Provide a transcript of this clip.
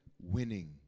Winning